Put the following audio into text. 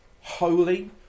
holy